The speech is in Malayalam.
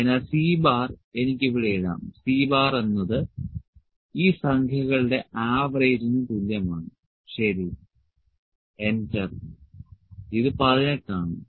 അതിനാൽ C എനിക്ക് ഇവിടെ ഇടാം Cഎന്നത് ഈ സംഖ്യകളുടെ ആവറേജിന് തുല്യമാണ് ശരി എന്റർ ഇത് 18 ആണ്